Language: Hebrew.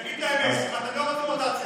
תגיד את האמת, אתם לא רוצים רוטציה.